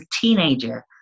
teenager